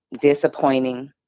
disappointing